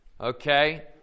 okay